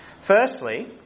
Firstly